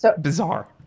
bizarre